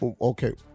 Okay